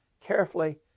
carefully